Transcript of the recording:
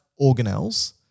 organelles